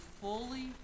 fully